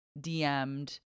dm'd